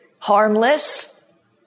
harmless